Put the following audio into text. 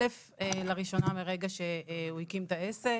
לראשונה, מרגע שהוא הקים את העסק?